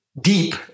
deep